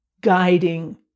guiding